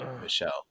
Michelle